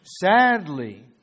Sadly